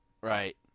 Right